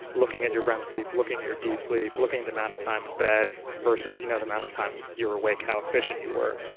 looking at your rem sleep, looking at your deep sleep, looking at the amount of time in bed versus you know the amount of time you're awake, how efficient you were.